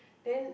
then